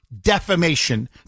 defamation